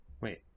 Wait